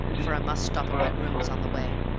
for i must stop at my rooms on the way.